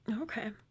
Okay